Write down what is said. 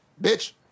bitch